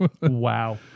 Wow